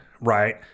right